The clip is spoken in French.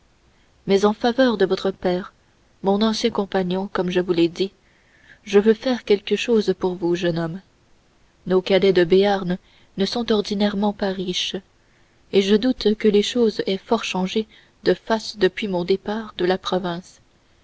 mais en faveur de votre père mon ancien compagnon comme je vous l'ai dit je veux faire quelque chose pour vous jeune homme nos cadets de béarn ne sont ordinairement pas riches et je doute que les choses aient fort changé de face depuis mon départ de la province